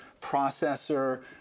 processor